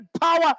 power